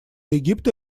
египта